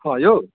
हँ यौ